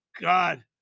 God